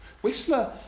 Whistler